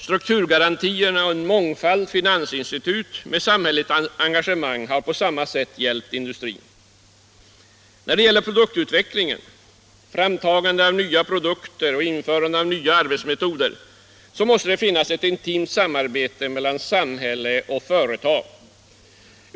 Strukturgarantierna och en mångfald finansinstitut med samhälleligt engagemang har på samma sätt hjälpt industrin. När det gäller produktutveckling, framtagande av nya produkter och införande av nya arbetsmetoder måste det finnas ett intimt samarbete mellan samhälle och företag.